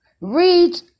Read